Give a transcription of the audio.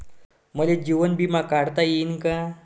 मले जीवन बिमा काढता येईन का?